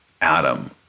Adam